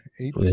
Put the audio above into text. Eight